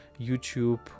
YouTube